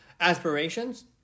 Aspirations